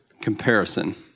comparison